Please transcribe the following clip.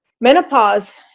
Menopause